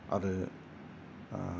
आरो